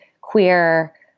queer